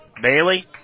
Bailey